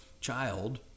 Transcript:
child